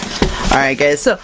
alright guys so, ah